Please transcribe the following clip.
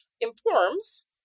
informs